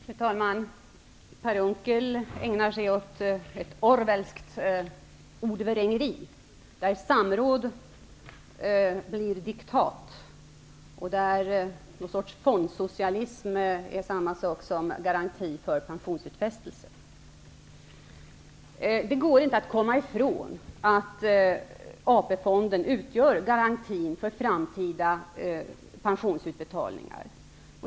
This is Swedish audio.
Fru talman! Per Unckel ägnar sig åt ett orwellskt ordvrängeri, där samråd blir diktat och där någon sorts fondsocialism är samma sak som garanti för pensionsutfästelser. Det går inte att komma ifrån att AP-fonden utgör garantin för framtida pensionsutbetalningar.